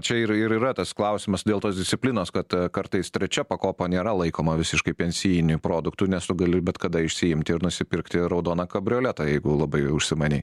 čia ir ir yra tas klausimas dėl tos disciplinos kad kartais trečia pakopa nėra laikoma visiškai pensijiniu produktu nes tu gali bet kada išsiimti ir nusipirkti raudoną kabrioletą jeigu labai užsimanei